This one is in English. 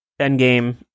Endgame